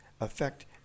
affect